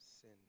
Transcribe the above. sin